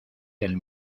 del